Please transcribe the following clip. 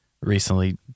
recently